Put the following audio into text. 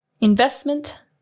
Investment